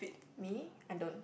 me I don't